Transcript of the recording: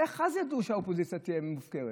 איך אז ידעו שהאופוזיציה תהיה מופקרת?